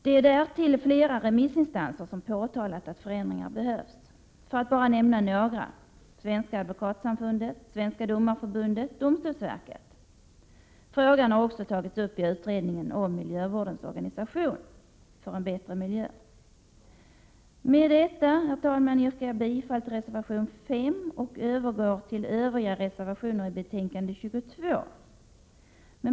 Därtill är det flera remissinstanser som har påtalat att förändringar behövs. För att bara nämna några: Sveriges advokatsamfund, Sveriges domareförbund och domstolsverket. Frågan har också tagits upp i utredningen om miljövårdens organisation, För en bättre miljö. Med dessa påpekanden, herr talman, yrkar jag bifall till reservation 5 och övergår till övriga reservationer i detta betänkande.